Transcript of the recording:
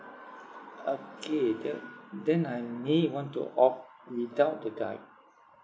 okay the then I may want to opt without the guide